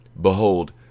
Behold